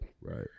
Right